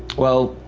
well,